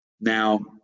now